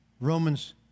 Romans